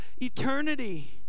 eternity